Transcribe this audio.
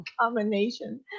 combination